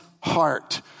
heart